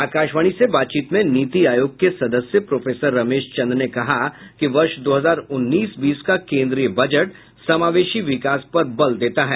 आकाशवाणी से बातचीत में नीति आयोग के सदस्य प्रोफेसर रमेश चंद ने कहा कि वर्ष दो हजार उन्नीस बीस का केंद्रीय बजट समावेशी विकास पर बल देता है